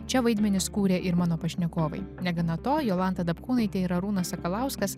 čia vaidmenis kūrė ir mano pašnekovai negana to jolanta dapkūnaitė ir arūnas sakalauskas